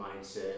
mindset